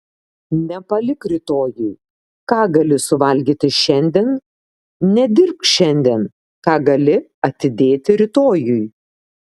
nepalik rytojui ką gali suvalgyti šiandien nedirbk šiandien ką gali atidėti rytojui